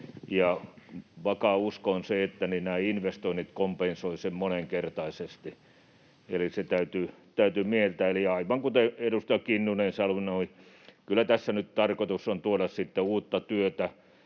vakaa usko on, että nämä investoinnit kompensoivat sen moninkertaisesti, eli se täytyy mieltää. Eli aivan kuten edustaja Kinnunen sanoi, kyllä tässä nyt tarkoitus on tuoda sitten uutta työtä